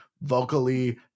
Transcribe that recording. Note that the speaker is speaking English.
Vocally